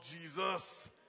Jesus